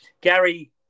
Gary